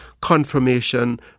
confirmation